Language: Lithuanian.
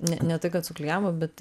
ne ne tai kad suklijavo bet